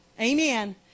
amen